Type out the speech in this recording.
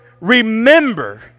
remember